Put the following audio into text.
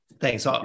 Thanks